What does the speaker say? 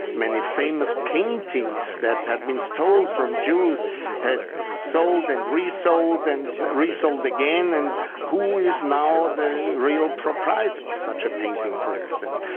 many famous paintings that had been stolen from jews had sold and resold and resold again. and who is now the real proprietor of such a painting, for instance.